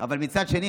אבל מצד שני,